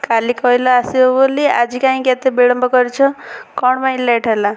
କାଲି କହିଲେ ଆସିବ ବୋଲି ଆଜି କାହିଁକି କେତେ ବିଳମ୍ବ କରିଛ କ'ଣ ପାଇଁ ଲେଟ୍ ହେଲା